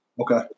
Okay